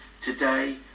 today